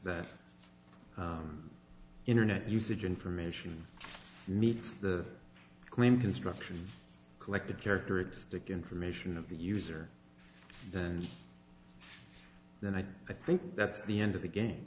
that internet usage information meets the claim constructions collected characteristic information of the user then then i think that's the end of the game